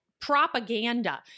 Propaganda